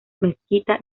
mezquita